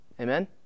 Amen